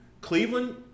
Cleveland